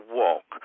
walk